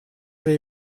dei